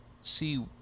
see